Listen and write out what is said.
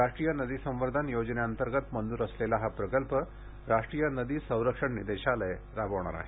राष्ट्रीय नदी संवर्धन योजनेंतर्गत मंजूर असलेला हा प्रकल्प राष्ट्रीय नदी संरक्षण निदेशालय राबवणार आहे